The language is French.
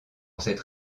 cette